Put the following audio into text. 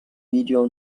video